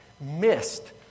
missed